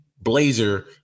blazer